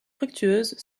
fructueuse